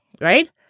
right